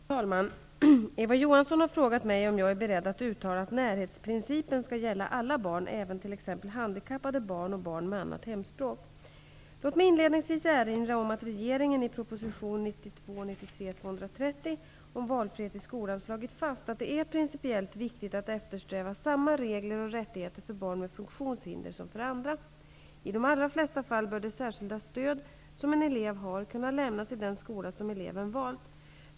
Fru talman! Eva Johansson har frågat mig om jag är beredd att uttala att närhetsprincipen skall gälla alla barn, även t.ex. handikappade barn och barn med annat hemspråk. Låt mig inledningsvis erinra om att regeringen i prop. 1992/93:230 om Valfrihet i skolan slagit fast att det är principiellt viktigt att eftersträva samma regler och rättigheter för barn med funktionshinder som för andra. I de allra flesta fall bör det särskilda stöd som en enskild elev har kunna lämnas i den skola som eleven valt.